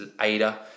Ada